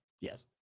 yes